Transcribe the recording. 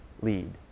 lead